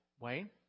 Wayne